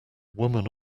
woman